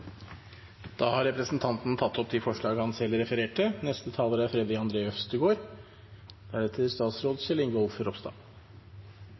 Da har representanten Lars Haltbrekken tatt opp de forslag han refererte